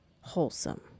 wholesome